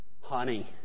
Honey